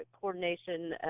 coordination